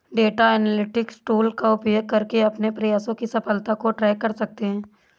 data analytics tool का उपयोग करके अपने प्रयासों की सफलता को ट्रैक कर सकते है